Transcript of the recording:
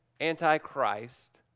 antichrist